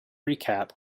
recap